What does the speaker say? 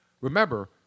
remember